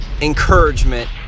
encouragement